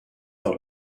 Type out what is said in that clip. par